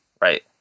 right